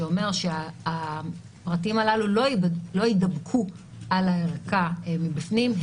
שאומר שהפרטים הללו לא יידבקו על הערכים מבפנים.